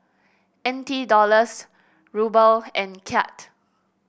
N T Dollars Ruble and Kyat